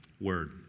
word